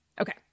Okay